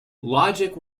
logic